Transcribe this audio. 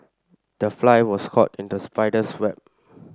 the fly was caught in the spider's web